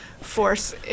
force